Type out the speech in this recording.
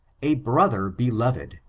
a brother beloved,